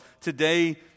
today